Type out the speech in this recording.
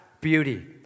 beauty